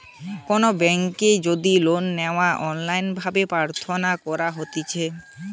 কোনো বেংকের যদি লোন লেওয়া অনলাইন ভাবে প্রার্থনা করা হতিছে